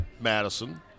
Madison